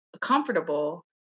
comfortable